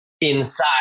inside